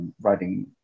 writing